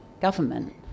government